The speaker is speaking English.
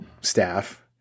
staff